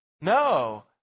No